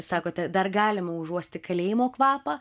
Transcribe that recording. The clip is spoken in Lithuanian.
sakote dar galima užuosti kalėjimo kvapą